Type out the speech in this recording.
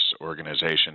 organization